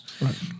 Right